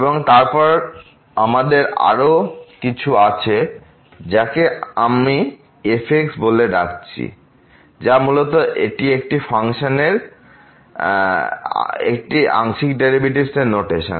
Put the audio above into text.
এবং তারপরে আমাদের আরও কিছু ফাংশন আছে যাকে আমি fx বলে ডাকছি যা মূলত এটি একটি আংশিক ডেরিভেটিভের নোটেশন